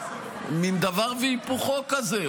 מין דבר והיפוכו כזה,